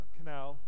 Canal